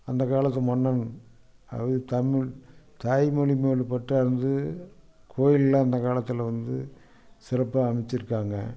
அந்த காலத்து மன்னன் அது தமிழ் தாய்மொழி மேலே பற்றாயிருந்து கோயில்லாம் அந்த காலத்தில் வந்து சிறப்பாக அமைச்சிருக்காங்க